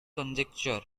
conjecture